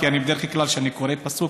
כי בדרך כלל כשאני קורא פסוק,